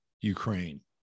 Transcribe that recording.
Ukraine